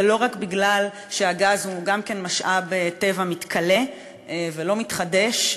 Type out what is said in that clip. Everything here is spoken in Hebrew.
ולא רק בגלל שהגז הוא גם משאב טבע מתכלה ולא מתחדש,